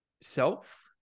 self